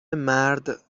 مرد